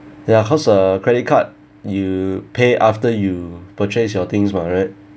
ya because a credit card you pay after you purchase your things mah right